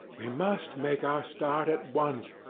we must make our start at once,